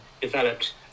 developed